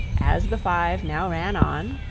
as the five now ran on,